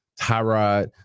Tyrod